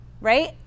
right